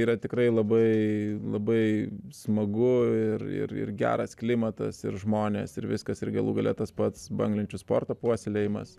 yra tikrai labai labai smagu ir ir geras klimatas ir žmonės ir viskas ir galų gale tas pats banglenčių sportą puoselėjimas